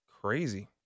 crazy